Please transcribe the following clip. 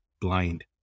blind